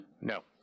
no